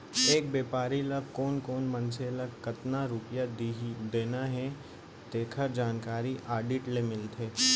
एक बेपारी ल कोन कोन मनसे ल कतना रूपिया देना हे तेखर जानकारी आडिट ले मिलथे